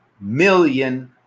million